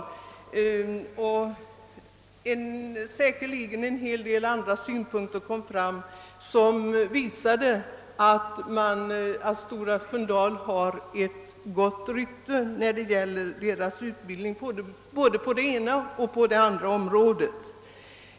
Säkerligen framfördes också en hel del andra synpunkter som visade att Stora Sköndal har ett gott rykte när det gäller utbildningen på både det ena och det andra området.